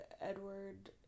Edward